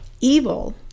evil